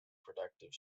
productive